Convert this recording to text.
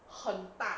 很大